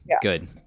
good